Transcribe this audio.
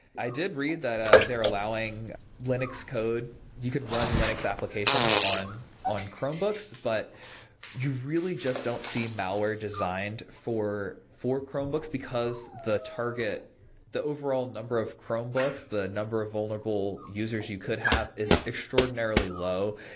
i did read that ah they're allowing linux code. you could run linux applications on on chromebooks, but you really just don't see malware designed for for chromebooks, because the target the overall number of chromebooks, the number of vulnerable users you could have is extraordinarily low.